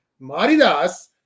Maridas